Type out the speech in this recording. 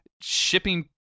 shipping